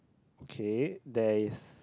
okay there's